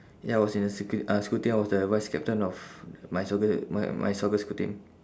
ya I was in a sc~ uh school team I was the vice-captain of my soccer my my soccer school team